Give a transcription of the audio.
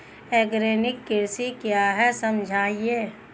Organic कृषि क्या है समझाइए?